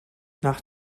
nach